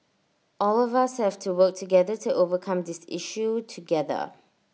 all of us have to work together to overcome this issue together